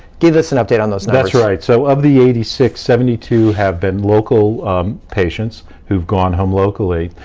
give us an update on those numbers. that's right, so of the eighty six, seventy two have been local patients who have gone home locally,